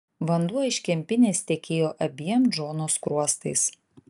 vanduo iš kempinės tekėjo abiem džono skruostais